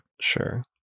Sure